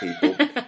people